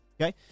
Okay